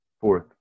Fourth